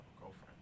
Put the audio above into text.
girlfriend